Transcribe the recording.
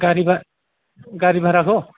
गारि भाराखौ